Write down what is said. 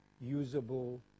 usable